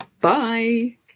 Bye